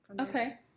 okay